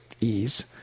ease